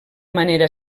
manera